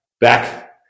back